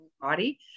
body